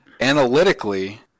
analytically